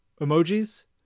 emojis